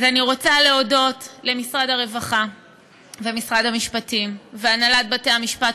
אז אני רוצה להודות למשרד הרווחה ולמשרד המשפטים ולהנהלת בתי-המשפט,